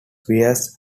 bears